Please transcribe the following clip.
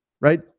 right